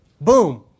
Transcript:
Boom